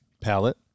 palette